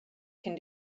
can